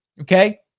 okay